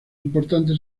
importante